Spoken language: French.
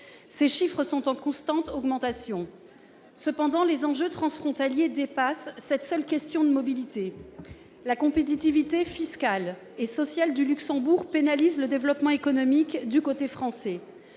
Ces chiffres sont en constante augmentation. Cependant, les enjeux transfrontaliers dépassent cette seule question de la mobilité. La compétitivité fiscale et sociale du Luxembourg pénalise le développement économique du côté français,